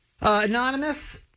anonymous